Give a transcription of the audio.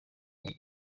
muri